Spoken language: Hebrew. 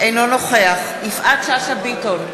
אינו נוכח יפעת שאשא ביטון,